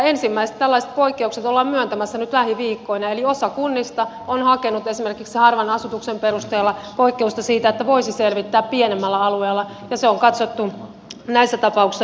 ensimmäiset tällaiset poikkeukset ollaan myöntämässä nyt lähiviikkoina eli osa kunnista on hakenut esimerkiksi harvan asutuksen perusteella poikkeusta että voisi selvittää pienemmällä alueella ja se on katsottu näissä tapauksissa perustelluksi